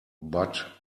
but